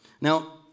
Now